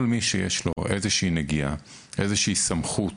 כל מי שיש לו איזושהי נגיעה, איזושהי סמכות